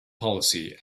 policy